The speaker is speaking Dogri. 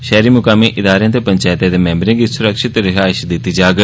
शैहरी मुकामी इदारें ते पंचैतें दे मैम्बरें गी सुरक्षित रिहाईश दित्ती जाग